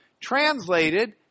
translated